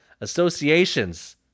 Associations